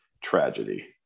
tragedy